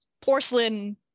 porcelain